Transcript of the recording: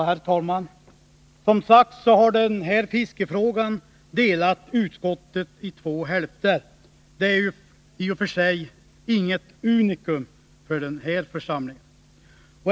Herr talman! Denna fiskefråga har delat utskottet i två hälfter, och det är i och för sig inget unikum när det gäller den här församlingen.